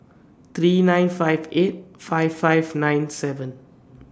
three nine five eight five five nine seven